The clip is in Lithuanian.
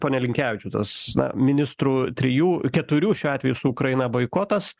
pone linkevičiau tas na ministrų trijų keturių šiuo atveju su ukraina boikotas